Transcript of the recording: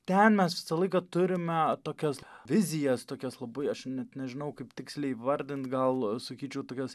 ten mes visą laiką turime tokias vizijas tokias labai aš net nežinau kaip tiksliai įvardint gal sakyčiau tokias